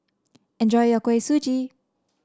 enjoy your Kuih Suji